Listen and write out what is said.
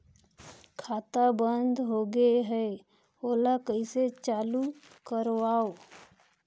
खाता बन्द होगे है ओला कइसे चालू करवाओ?